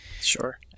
Sure